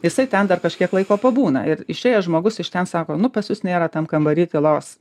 jisai ten dar kažkiek laiko pabūna ir išėjęs žmogus iš ten sako nu pas jus nėra tam kambary tylos